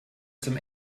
zum